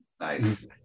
nice